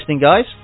guys